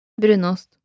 Brunost